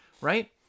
right